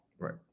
Right